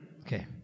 Okay